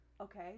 Okay